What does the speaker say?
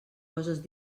coses